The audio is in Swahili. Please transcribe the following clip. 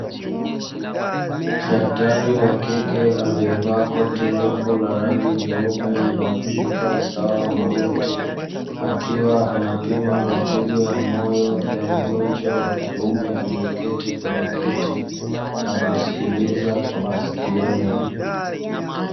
Daktari wa kike aliyeva koti refu leupe, linalofika usawa wa magoti akiwa anapima mapigo ya moyo wa kiume aliyeketi kwenye kiti na kusikiliza kwa masikioni.